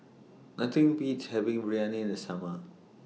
Nothing Beats having Biryani in The Summer